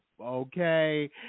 okay